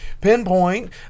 pinpoint